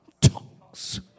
talks